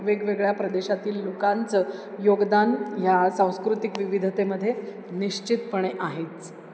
वेगवेगळ्या प्रदेशातील लोकांचं योगदान ह्या सांस्कृतिक विविधतेमध्ये निश्चितपणे आहेच